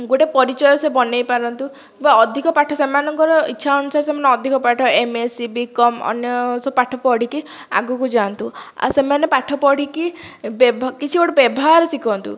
ଗୋଟିଏ ପରିଚୟ ସେ ବନେଇ ପାରନ୍ତୁ ବା ଅଧିକ ପାଠ ସେମାନଙ୍କର ଇଚ୍ଛା ଅନୁସାରେ ସେମାନେ ଅଧିକ ପାଠ ଏଏସସି ବିକମ୍ ଅନ୍ୟ ସବୁ ପାଠ ପଢ଼ିକି ଆଗକୁ ଯାଆନ୍ତୁ ଆଉ ସେମାନେ ପାଠ ପଢ଼ିକି ବ୍ୟବ କିଛି ଗୋଟିଏ ବ୍ୟବହାର ଶିଖନ୍ତୁ